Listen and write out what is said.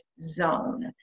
zone